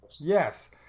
Yes